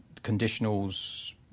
conditionals